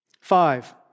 Five